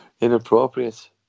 Inappropriate